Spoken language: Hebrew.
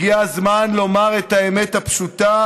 הגיע הזמן לומר את האמת הפשוטה.